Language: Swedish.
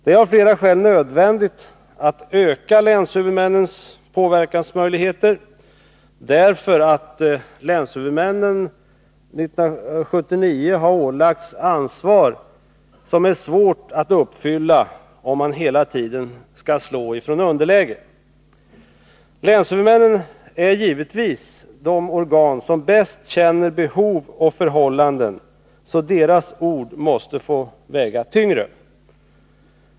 Det är av flera skäl nödvändigt att öka länshuvudmännens påverkansmöjligheter. De har år 1979 ålagts ett ansvar som är svårt att uppfylla om de hela tiden skall slå ifrån underläge. Länshuvudmännen är givetvis de som bäst känner behoven och förhållandena, så deras ord bör också få väga tyngre.